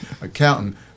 accountant